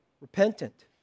repentant